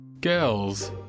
girls